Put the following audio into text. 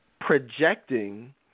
projecting